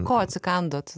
ko atsikandot